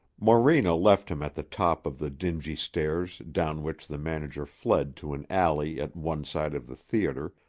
morena left him at the top of the dingy stairs down which the manager fled to an alley at one side of the theater,